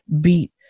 beat